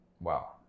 Wow